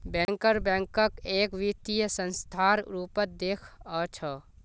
banker बैंकक एक वित्तीय संस्थार रूपत देखअ छ